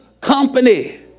company